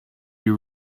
you